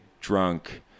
drunk